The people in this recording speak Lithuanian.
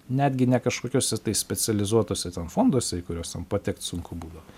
netgi ne kažkokiuose specializuotuose ten fonduose į kuriuos ten patekt sunku būdavo